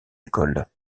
écoles